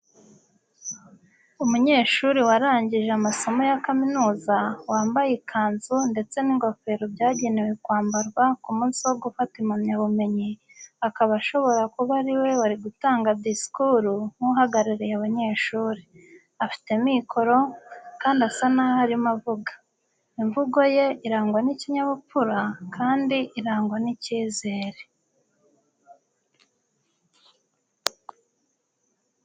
Umunyeshuri warangije amasomo ya kaminuza, wambaye ikanzu ndetse n'ingofero byagenewe kwambarwa ku munsi wo gufata impamyabumenyi, akaba ashobora kuba ari we wari gutanga disikuru nk'uhagarariye abanyeshuri. Afite mikoro, kandi asa n'aho arimo avuga. Imvugo ye irangwa n'ikinyabupfura kandi irangwa n'icyizere.